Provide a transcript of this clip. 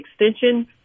Extension